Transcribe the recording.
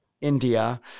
India